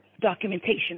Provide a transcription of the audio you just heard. documentation